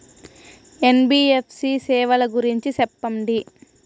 NBFC సేవల గురించి సెప్పండి?